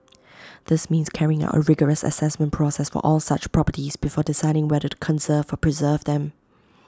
this means carrying out A rigorous Assessment process for all such properties before deciding whether to conserve or preserve them